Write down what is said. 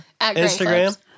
Instagram